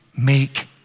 Make